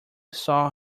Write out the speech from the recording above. saw